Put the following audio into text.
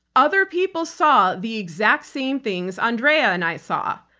other people saw the exact same things andrea and i saw.